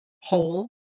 whole